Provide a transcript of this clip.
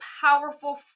powerful